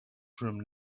from